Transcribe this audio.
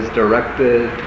directed